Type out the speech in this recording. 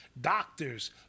doctors